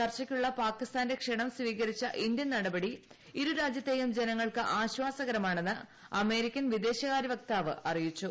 ചർച്ചയ്ക്കുള്ള പാകിസ്ഥാന്റെ ക്ഷണം അംഗീകരിച്ച ഇന്ത്യൻ നടപടി ഇരു രാജ്യത്തെയും ജനങ്ങൾക്ക് ആശ്വാസകരമാണെന്ന് അമേരിക്കൻ വിദേശകാര്യ വക്താവ് അറിയിച്ചു